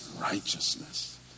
righteousness